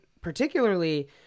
particularly